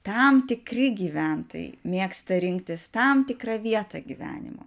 tam tikri gyventojai mėgsta rinktis tam tikrą vietą gyvenimo